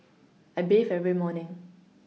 I bathe every morning